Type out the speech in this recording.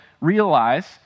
realize